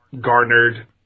garnered